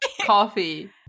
coffee